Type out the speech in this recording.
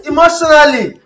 Emotionally